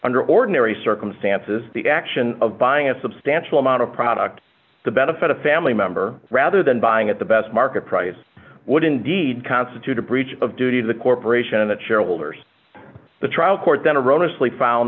under ordinary circumstances the action of buying a substantial amount of product to benefit a family member rather than buying at the best market price would indeed constitute a breach of duty of the corporation and that shareholders the trial cou